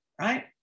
right